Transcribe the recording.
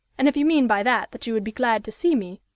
and if you mean by that that you would be glad to see me,